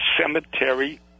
cemetery